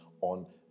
on